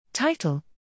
Title